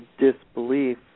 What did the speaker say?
disbelief